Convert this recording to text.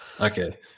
Okay